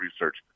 research